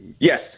yes